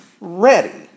ready